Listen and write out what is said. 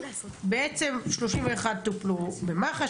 31 טופלו במח"ש,